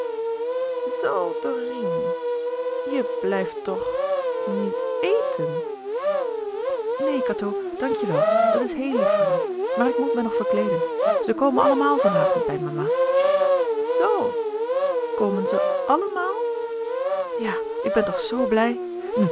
dorine je blijft toch niet éten neen cateau dank je wel het is heel lief van je maar ik moet mij nog verkleeden ze komen allemaal van avond bij mama z komen ze àllemaal ja ik ben toch zoo blij nu